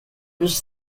was